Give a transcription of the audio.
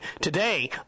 Today